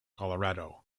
colorado